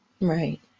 Right